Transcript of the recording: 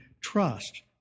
trust